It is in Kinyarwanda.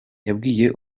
yabwiye